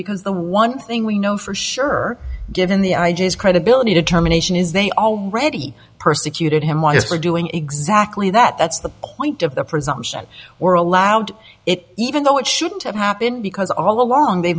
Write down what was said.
because the one thing we know for sure given the i just credibility determination is they already persecuted him was for doing exactly that that's the point of the presumption were allowed it even though it shouldn't have happened because all along they